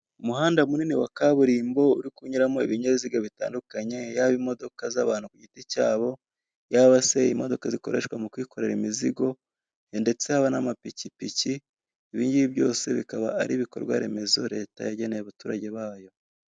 Umuhanda mu nini wa kaburimbo uri kunyuramo ibinyabiziga bitandukanye yaba imodoka z'abantu ku giti cyabo, yaba se imodoka zikoreshwa mu kwikorera imizigo ndetse yaba n'amapikipiki ibingibi byose bikaba ari ibikorwaremezo leta yageneye abaturage bayo.